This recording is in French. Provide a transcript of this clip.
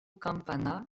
campana